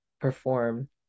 perform